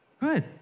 Good